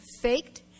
faked